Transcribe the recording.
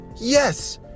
Yes